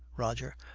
roger,